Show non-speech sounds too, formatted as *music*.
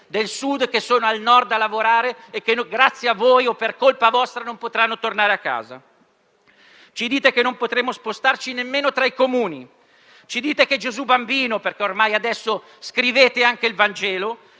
ci dite che Gesù bambino - perché ormai scrivete anche il Vangelo - dovrà nascere alle 22 anziché alle 24. *applause* Ma che differenza c'è tra le 22 e le 24, caro Ministro?